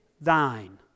thine